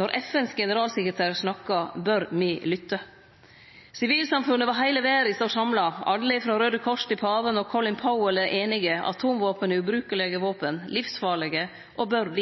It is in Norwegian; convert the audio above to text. Når FNs generalsekretær snakkar, bør me lytte. Sivilsamfunn over heile verda står samla. Alle frå Røde Kors til paven og Colin Powell er samde: Atomvåpen er ubrukelege våpen, livsfarlege og bør